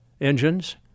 engines